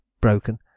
broken